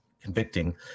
convicting